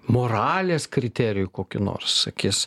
moralės kriterijų kokį nors sakys